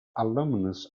alumnus